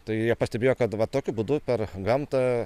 tai jie pastebėjo kad va tokiu būdu per gamtą